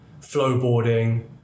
flowboarding